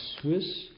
Swiss